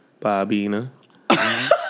Bobina